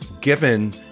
given